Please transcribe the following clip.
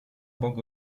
bok